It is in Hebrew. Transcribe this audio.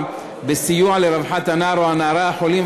בסיוע לרווחת הנער או הנערה החולים,